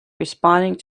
responding